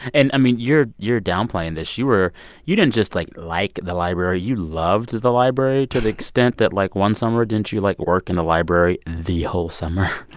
and i mean, you're you're downplaying this. you were you didn't just like like the library. you loved the library to the extent that, like, one summer, didn't you, like, work in the library the whole summer?